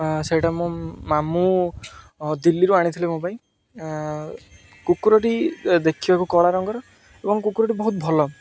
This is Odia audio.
ସେଇଟା ମୋ ମାମୁଁ ଦିଲ୍ଲୀରୁ ଆଣିଥିଲେ ମୋ ପାଇଁ କୁକୁରଟି ଦେଖିବାକୁ କଳା ରଙ୍ଗର ଏବଂ କୁକୁରଟି ବହୁତ ଭଲ